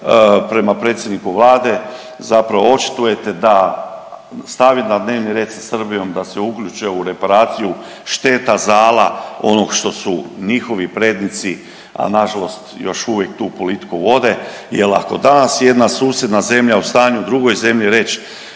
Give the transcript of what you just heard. prema predsjedniku Vlade zapravo očitujete da stavi na dnevni red sa Srbijom da se uključe u reparaciju šteta, zala onog što su njihovi prednici, a nažalost još uvijek tu politiku vode jer ako je danas jedna susjedna zemlja u stanju drugoj zemlji reći